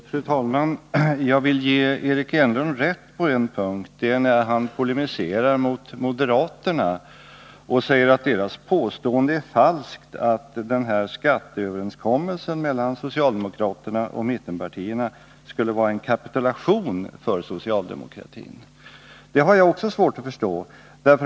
Fru talman! Jag vill ge Eric Enlund rätt på en punkt, nämligen när han polemiserar mot moderaterna och säger att deras påstående är falskt om att skatteöverenskommelsen mellan socialdemokraterna och mittenpartierna skulle vara en kapitulation för socialdemokratin. Det har jag också svårt att förstå.